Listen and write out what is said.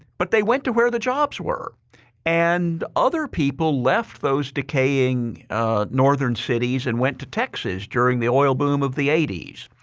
but they went to where the jobs were and other people left those decaying northern cities and went to texas during the oil boom of the eighty s.